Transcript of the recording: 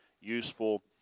useful